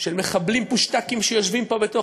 של מחבלים פושטקים שיושבים פה בתוך,